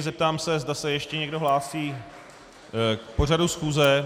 Zeptám se, zda se ještě někdo hlásí k pořadu schůze.